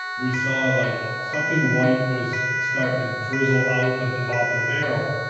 we saw, like, something white was starting to drizzle out of the top of the barrel.